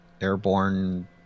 airborne